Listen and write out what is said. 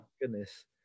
goodness